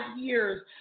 years